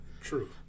True